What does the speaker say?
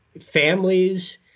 families